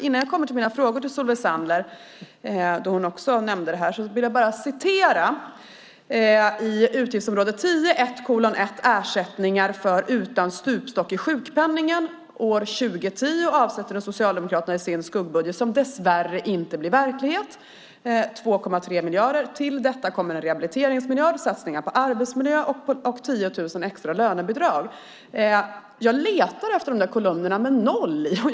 Innan jag kommer till mina frågor till Solveig Zander ska jag läsa ur förslaget angående ersättningar inom utgiftsområde 10.1:1, om ersättning utan stupstock i sjukpenningen: År 2010 avsätter Socialdemokraterna i sin skuggbudget, som dess värre inte blir verklighet, 2,3 miljarder. Till detta kommer en rehabiliteringsmiljard, satsningar på arbetsmiljö och 10 000 extra lönebidrag. Jag letar efter de där kolumnerna där det står noll.